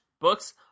books